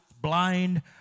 blind